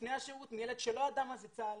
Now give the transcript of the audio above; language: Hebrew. לפני השירות, מילד שלא ידע מזה צה"ל,